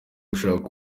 gushaka